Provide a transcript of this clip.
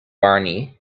barney